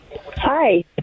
Hi